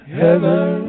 heaven